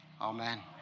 Amen